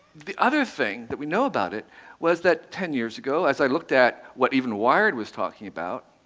the other thing that we know about it was that ten years ago, as i looked at what even wired was talking about,